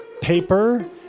paper